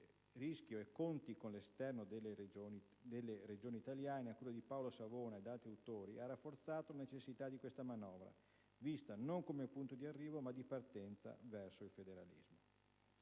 rischio e conti con l'esterno delle regioni italiane», a cura di Paolo Savona ed altri autori, ha rafforzato la necessità di questa manovra, vista non come punto di arrivo, ma di partenza verso il federalismo.